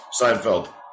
Seinfeld